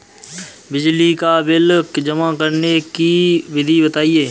बिजली का बिल जमा करने की विधि बताइए?